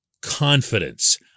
confidence